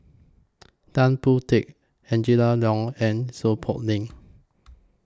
Tan Boon Teik Angela Liong and Seow Poh Leng